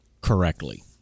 correctly